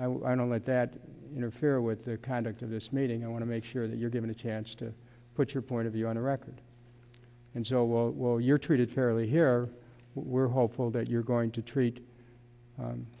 don't let that interfere with the conduct of this meeting i want to make sure that you're given a chance to put your point of view on the record and so will you're treated fairly here we're hopeful that you're going to